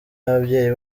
y’ababyeyi